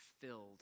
filled